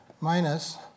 Minus